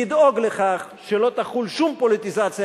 לדאוג לכך שלא תחול שום פוליטיזציה